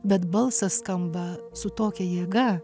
bet balsas skamba su tokia jėga